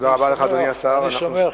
אני שמח,